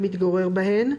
או מתגורר בהן,